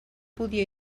podia